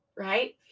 Right